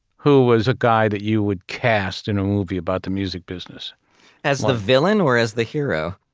who was a guy that you would cast in a movie about the music business as the villain or as the hero?